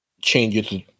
changes